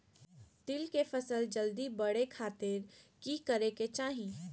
तिल के फसल जल्दी बड़े खातिर की करे के चाही?